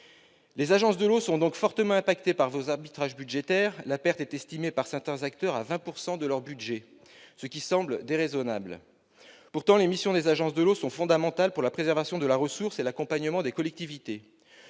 Les agences de l'eau sont fortement impactées par vos arbitrages budgétaires, madame la ministre. La perte est estimée, par certains acteurs, à 20 % de leur budget, ce qui semble déraisonnable. Pourtant, les missions des agences de l'eau sont fondamentales pour la préservation de la ressource et l'accompagnement des collectivités.